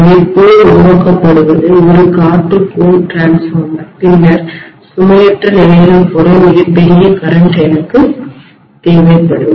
எனவே கோர் உருவாக்கப்படுவது இது ஒரு காற்று கோர் மின்மாற்றிடிரான்ஸ்ஃபார்மர் பின்னர் சுமையற்ற நிலையிலும் கூட மிகப் பெரிய மின்னோட்டம்கரண்ட் எனக்கு தேவைப்படும்